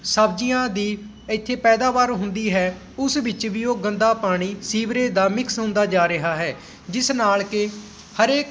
ਸਬਜ਼ੀਆਂ ਦੀ ਇੱਥੇ ਪੈਦਾਵਾਰ ਹੁੰਦੀ ਹੈ ਉਸ ਵਿੱਚ ਵੀ ਉਹ ਗੰਦਾ ਪਾਣੀ ਸੀਵਰੇਜ ਦਾ ਮਿਕਸ ਹੁੰਦਾ ਜਾ ਰਿਹਾ ਹੈ ਜਿਸ ਨਾਲ ਕਿ ਹਰੇਕ